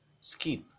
skip